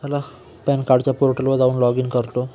मला पॅन कार्डच्या पोर्टलवर जाऊन लॉग इन करतो